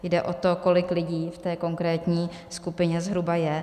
Jde o to, kolik lidí v té konkrétní skupině zhruba je.